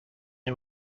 and